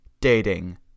dating